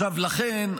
לכן,